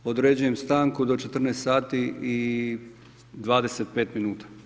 Određujem stanku do 14 sati i 25 minuta.